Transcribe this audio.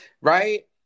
Right